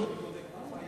הממשלה תמיד בודקת את עצמה.